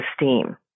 esteem